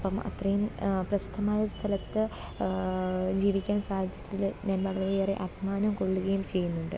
അപ്പം അത്രയും പ്രസിദ്ധമായ സ്ഥലത്ത് ജീവിക്കാൻ സാധിച്ചതിൽ ഞാൻ വളരെയേറെ അഭിമാനം കൊള്ളുകയും ചെയ്യുന്നുണ്ട്